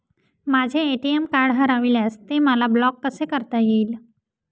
माझे ATM card हरविल्यास ते मला ब्लॉक कसे करता येईल?